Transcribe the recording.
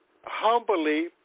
humbly